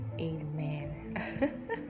amen